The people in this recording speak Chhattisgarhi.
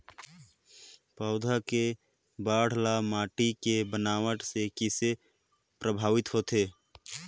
पौधा के बाढ़ ल माटी के बनावट से किसे प्रभावित होथे?